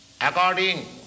according